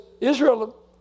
Israel